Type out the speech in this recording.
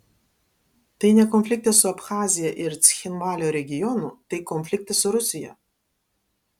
tai ne konfliktas su abchazija ir cchinvalio regionu tai konfliktas su rusija